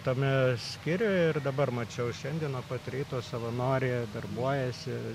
tame skyriuje ir dabar mačiau šiandien nuo pat ryto savanoriai darbuojasi